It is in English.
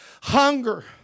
hunger